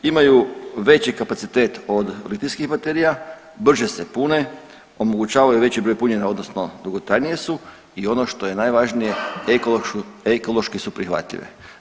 Imaju veći kapacitet od litijskih baterija, brže se pune, omogućavaju veći broj punjenja, odnosno dugotrajnije su i ono što je najvažnije, ekološki su prihvatljive.